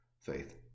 Faith